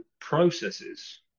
processes